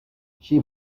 she